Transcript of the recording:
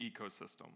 ecosystem